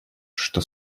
что